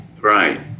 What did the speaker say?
Right